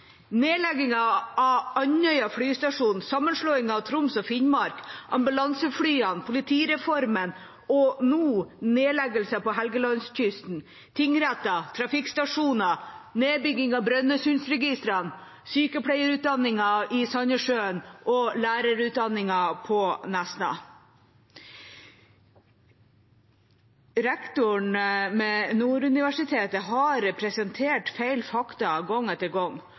av Andøya flystasjon, sammenslåingen av Troms og Finnmark, ambulanseflyene og politireformen. Nå er det nedleggelser på Helgelandskysten: tingretter, trafikkstasjoner og nedbygging av Brønnøysundregistrene, sykepleierutdanningen i Sandnessjøen og lærerutdanningen på Nesna. Rektoren ved Nord universitet har presentert feil fakta gang etter gang.